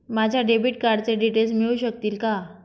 माझ्या डेबिट कार्डचे डिटेल्स मिळू शकतील का?